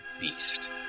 beast